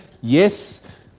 Yes